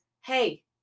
hey